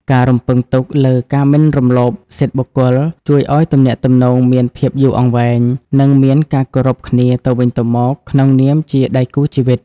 ការរំពឹងទុកលើ "ការមិនរំលោភសិទ្ធិបុគ្គល" ជួយឱ្យទំនាក់ទំនងមានភាពយូរអង្វែង និងមានការគោរពគ្នាទៅវិញទៅមកក្នុងនាមជាដៃគូជីវិត។